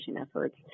efforts